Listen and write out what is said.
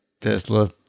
Tesla